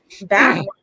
bad